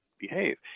behave